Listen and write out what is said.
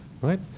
right